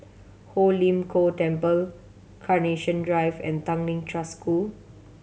Ho Lim Kong Temple Carnation Drive and Tanglin Trust School